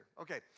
Okay